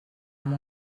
amb